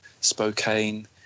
Spokane